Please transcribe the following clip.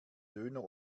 döner